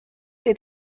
est